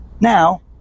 Now